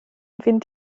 fynd